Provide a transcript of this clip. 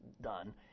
done